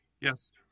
Yes